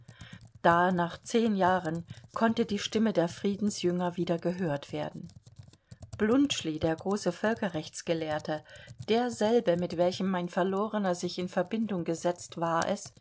da nach zehn jahren konnte die stimme der friedensjünger wieder gehört werden bluntschli der große völkerrechts gelehrte derselbe mit welchem mein verlorener sich in verbindung gesetzt war es